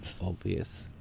obvious